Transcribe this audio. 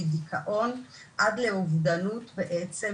של דיכאון שיכולים אף להגיע עד לאובדנות בעצם,